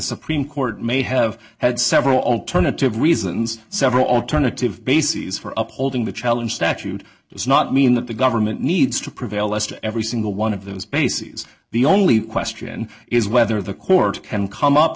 supreme court may have had several alternative reasons several alternative bases for up holding the challenge statute does not mean that the government needs to prevail as to every single one of those bases the only question is whether the court can come up